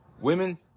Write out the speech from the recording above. women